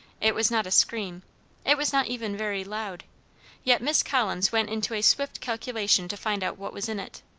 it was not a scream it was not even very loud yet miss collins went into a swift calculation to find out what was in it.